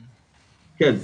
כן?